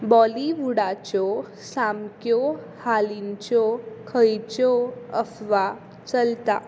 बॉलिवुडाच्यो सामक्यो हालींच्यो खंयच्यो अफवा चलता